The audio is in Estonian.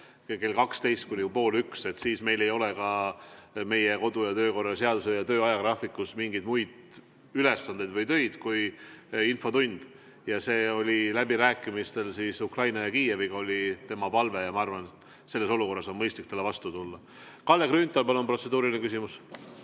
kella 12-st kuni poole üheni. Siis meil ei ole ka meie kodu- ja töökorra seaduse järgi tööajagraafikus mingeid muid ülesandeid või töid kui infotund. See oli läbirääkimistel Ukraina ja Kiieviga tema palve ja ma arvan, et selles olukorras on mõistlik talle vastu tulla. Kalle Grünthal, palun, protseduuriline küsimus!